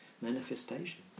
manifestation